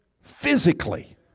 physically